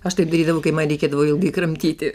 aš taip darydavau kai man reikėdavo ilgai kramtyti